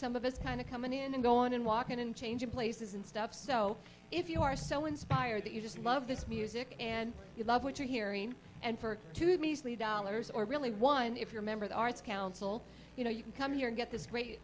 some of us kind of come and go on and walk in and change places and stuff so if you are so inspired that you just love this music and you love what you're hearing and for two dollars or really one if you're a member of the arts council you know you can come here and get this great